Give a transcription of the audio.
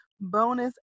bonus